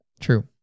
True